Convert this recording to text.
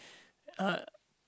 uh